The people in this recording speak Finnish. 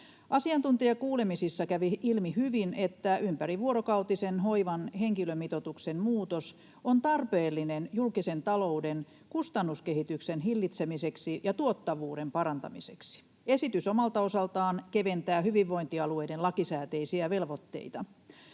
Asiantuntijakuulemisissa kävi ilmi hyvin, että ympärivuorokautisen hoivan henkilöstömitoituksen muutos on tarpeellinen julkisen talouden kustannuskehityksen hillitsemiseksi ja tuottavuuden parantamiseksi. Esitys omalta osaltaan keventää hyvinvointialueiden lakisääteisiä velvoitteita.